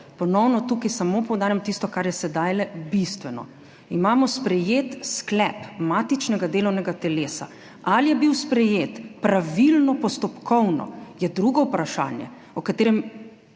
ponovno tukaj samo poudarjam tisto, kar je sedajle bistveno: imamo sprejet sklep matičnega delovnega telesa. Ali je bil sprejet pravilno postopkovno, je drugo vprašanje, o katerem